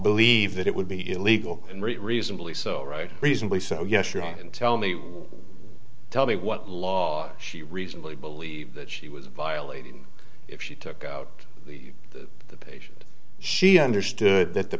believe that it would be illegal and reasonably so right reasonably so yes your hand and tell me tell me what law she reasonably believe that she was violating if she took out the patient she understood that the